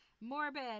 morbid